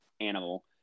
animal